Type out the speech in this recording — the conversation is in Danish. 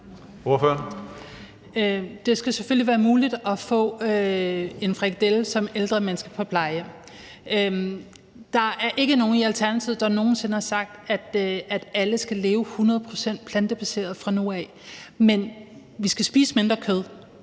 Det skal selvfølgelig være muligt som ældre menneske på et plejehjem at få en frikadelle. Der er ikke nogen i Alternativet, der nogen sinde har sagt, at alle skal leve hundrede procent plantebaseret fra nu af, men vi skal spise mindre kød.